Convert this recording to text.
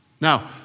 Now